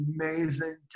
amazing